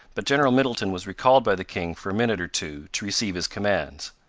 but general middleton was recalled by the king for a minute or two to receive his commands.